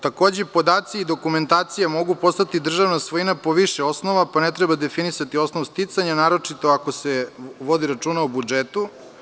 Takođe, podaci i dokumentacija mogu postati državna svojina po više osnova pa ne treba definisati osnov sticanja, naročito ako se vodi računa o budžetu.